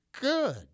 good